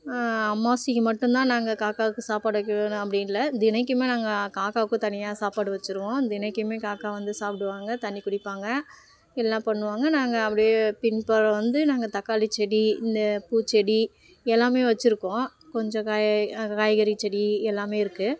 அமாவாசைக்கு மட்டும் தான் நாங்கள் காக்காவுக்கு சாப்பாடு வைக்கணும்னு அப்படின்னு இல்லை தினக்குமே நாங்கள் காக்காவுக்கு தனியாக சாப்பாடு வச்சுடுவோம் தினக்குமே காக்கா வந்து சாப்பிடுவாங்க தண்ணிக் குடிப்பாங்கள் எல்லாம் பண்ணுவாங்கள் நாங்கள் அப்படியே பின்புறம் வந்து நாங்கள் தக்காளிச்செடி இந்த பூச்செடி எல்லாமே வச்சிருக்கோம் கொஞ்சம் காய் அந்த காய்கறி செடி எல்லாமே இருக்குது